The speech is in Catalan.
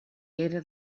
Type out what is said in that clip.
era